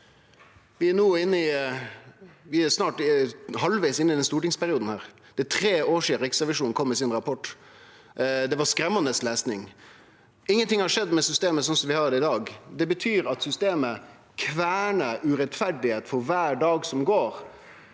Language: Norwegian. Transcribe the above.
Vi er snart halvvegs inne i denne stortingsperioden. Det er tre år sidan Riksrevisjonen kom med rapporten sin. Det var skremmande lesing. Ingenting har skjedd med det systemet vi har i dag. Det betyr at systemet kvernar urett kvar dag som går.